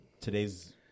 Today's